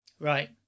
right